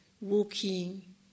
walking